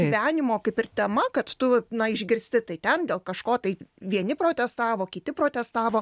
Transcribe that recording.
gyvenimo kaip ir tema kad tu na išgirsti tai ten dėl kažko tai vieni protestavo kiti protestavo